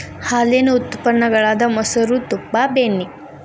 ಹಾಲೇನ ಉತ್ಪನ್ನ ಗಳಾದ ಮೊಸರು, ತುಪ್ಪಾ, ಬೆಣ್ಣಿ